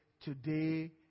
today